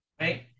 right